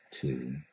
two